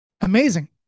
amazing